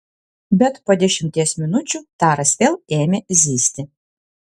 bet po dešimties minučių taras vėl ėmė zyzti